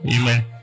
Amen